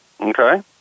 okay